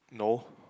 no